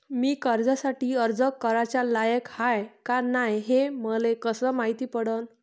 मी कर्जासाठी अर्ज कराचा लायक हाय का नाय हे मले कसं मायती पडन?